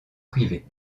privé